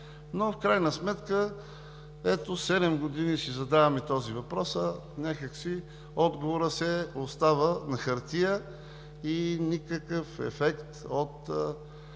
но в крайна сметка – ето, седем години си задаваме този въпрос, а някак си отговорът все остава на хартия и никакъв ефект от